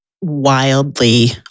wildly